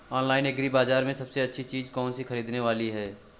Online agri बाजार में सबसे अच्छी चीज कौन सी ख़रीदने वाली है?